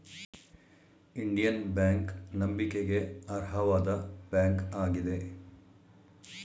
Indian bank ನಂಬಿಕೆಗೆ ಅರ್ಹವಾದ bank ಆಗಿದೆ